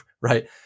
right